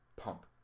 pump